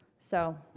so